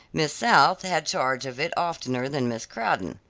miss south had charge of it oftener than miss crawdon.